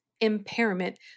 impairment